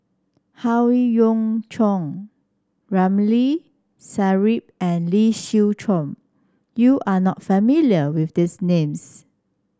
Howe Yoon Chong Ramli Sarip and Lee Siew Choh you are not familiar with these names